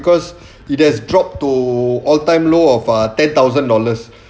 because it has drop to all time low of ah ten thousand dollars